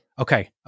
Okay